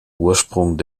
ursprung